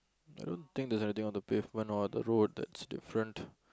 I don't think there's anything on the pavement or the roads that's different